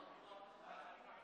על מנת